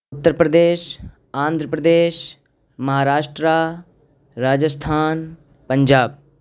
Uttar Pradesh Andhra Pradesh Maharashtra Rajasthan Punjab